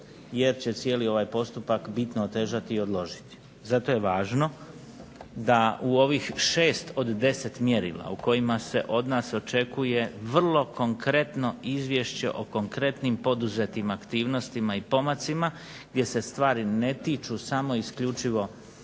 jer će cijeli ovaj postupak bitno otežati i odložiti. Zato je važno da u ovih 6 od 10 mjerila u kojima se od nas očekuje vrlo konkretno izvješće o konkretnim poduzetim aktivnostima i pomacima gdje se stvari ne tiču samo isključivo